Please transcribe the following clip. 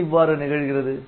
ஏன் இவ்வாறு நிகழ்கிறது